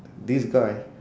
this guy